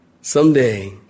someday